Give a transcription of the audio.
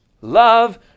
love